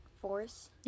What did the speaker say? Force